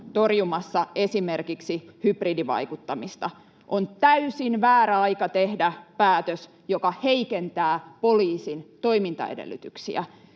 torjumassa esimerkiksi hybridivaikuttamista. On täysin väärä aika tehdä päätös, joka heikentää poliisin toimintaedellytyksiä.